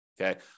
Okay